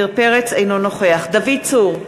אינו נוכח דוד צור,